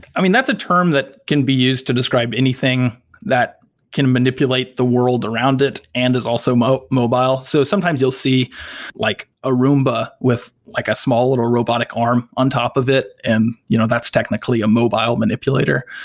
i mean, that's a term that can be used to describe anything that can manipulate the world around it and is also mobile. so sometimes you'll see like a roomba with like a small little robotic arm on top of it, and you know that's technically a mobile manipulator.